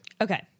okay